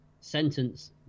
Sentence